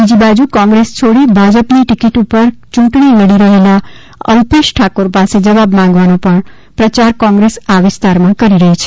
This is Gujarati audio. બીજી બાજુ કોંગ્રેસ છોડી ભાજપની ટિકિટ ઉપર ચૂંટણી લડી રહેલા અલ્પેશ ઠાકોર પાસે જવાબ માંગવાનો પ્રચાર કોંગ્રસ આ વિસ્તારમાં કરી રહી છે